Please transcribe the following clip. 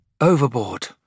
overboard